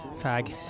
fag